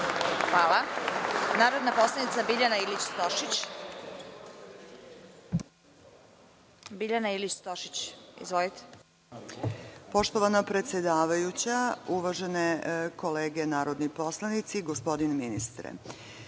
ima narodna poslanica Biljana Ilić Stošić. **Biljana Ilić-Stošić** Poštovana predsedavajuća, uvažene kolege narodni poslanici, gospodine ministre,